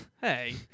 Hey